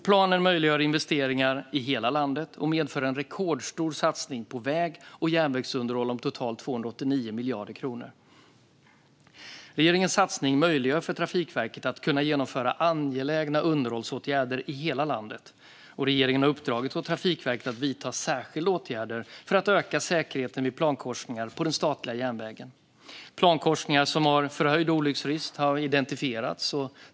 Planen möjliggör investeringar i hela landet och medför en rekordstor satsning på väg och järnvägsunderhåll om totalt 289 miljarder kronor. Regeringens satsning möjliggör för Trafikverket att genomföra angelägna underhållsåtgärder i hela landet. Regeringen har uppdragit åt Trafikverket att vidta särskilda åtgärder för att öka säkerheten vid plankorsningar på den statliga järnvägen. Plankorsningar som har förhöjd olycksrisk har identifierats.